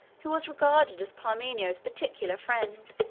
who was regarded as parmenio's particular friend.